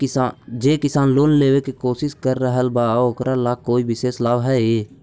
जे किसान लोन लेवे के कोशिश कर रहल बा ओकरा ला कोई विशेष लाभ हई?